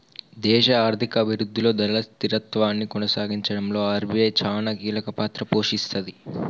దేశ ఆర్థిక అభిరుద్ధిలో ధరల స్థిరత్వాన్ని కొనసాగించడంలో ఆర్.బి.ఐ చానా కీలకపాత్ర పోషిస్తది